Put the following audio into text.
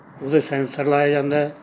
ਉਹਦੇ ਸੈਂਸਰ ਲਾਇਆ ਜਾਂਦਾ